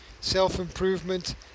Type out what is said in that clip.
Self-improvement